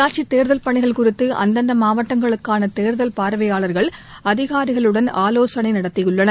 உள்ளாட்சித் தேர்தல் பணிகள் குறித்து அந்தந்த மாவட்டங்களுக்கான தேர்தல் பார்வையாளர்கள் அதிகாரிகளுடன் ஆலோசனை நடத்தியுள்ளனர்